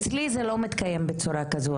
אצלי זה לא מתקיים בצורה כזו,